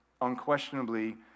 Unquestionably